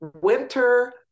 winter